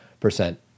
percent